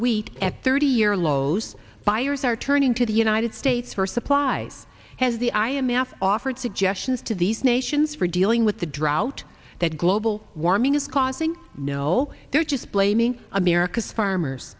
wheat at thirty year lows buyers are turning to the united states for supplies has the i m f offered suggestions to these nations for dealing with the drought that global warming is causing no they're just blaming america's farmers